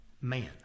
Man